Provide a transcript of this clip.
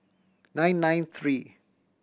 nine nine three